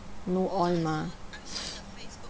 no oil mah